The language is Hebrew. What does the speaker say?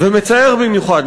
ומצער במיוחד,